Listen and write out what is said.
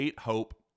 Hope